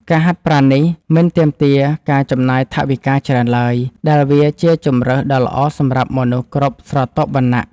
ការហាត់ប្រាណនេះមិនទាមទារការចំណាយថវិកាច្រើនឡើយ ដែលវាជាជម្រើសដ៏ល្អសម្រាប់មនុស្សគ្រប់ស្រទាប់វណ្ណៈ។